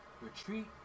Retreat